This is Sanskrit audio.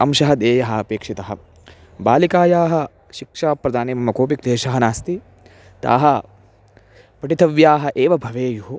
अंशः देयः अपेक्षितः बालिकायाः शिक्षाप्रदाने मम कोपि क्लेशः नास्ति ताः पठितव्याः एव भवेयुः